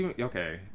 okay